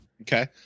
Okay